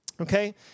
Okay